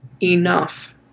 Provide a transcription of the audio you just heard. enough